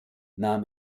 nahm